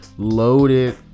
Loaded